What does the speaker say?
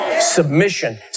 submission